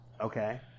okay